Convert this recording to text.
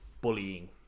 bullying